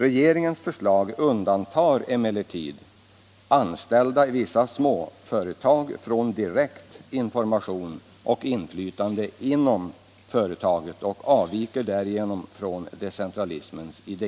Regeringens förslag undantar emellertid anställda i vissa små företag från direkt information och inflvtande inom företaget och avviker därigenom från decentralismens idé.